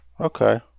Okay